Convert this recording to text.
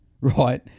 right